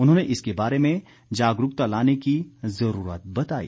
उन्होंने इसके बारे में जागरूकता लाने की जरूरत बताई